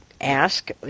ask